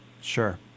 Sure